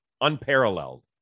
unparalleled